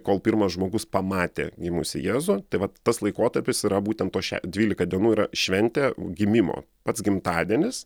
kol pirmas žmogus pamatė gimusį jėzų tai vat tas laikotarpis yra būtent to šią dvylika dienų yra šventė gimimo pats gimtadienis